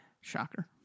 Shocker